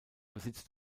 besitzt